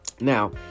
Now